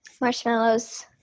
Marshmallows